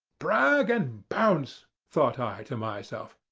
brag and bounce! thought i to myself.